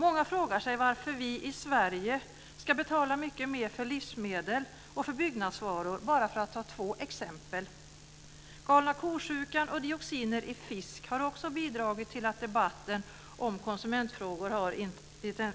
Många frågar sig varför vi i Sverige ska betala mycket mer för livsmedel och för byggnadsvaror, bara för att ta två exempel. Galna ko-sjukan och dioxiner i fisk har också bidragit till att debatten om konsumentfrågor har